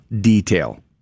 detail